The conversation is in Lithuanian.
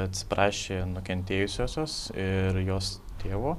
atsiprašė nukentėjusiosios ir jos tėvų